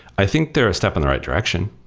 i think they're a step in the right direction,